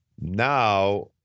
Now